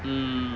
mm